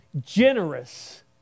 generous